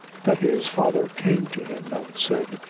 that his father came to him, and said,